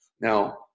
Now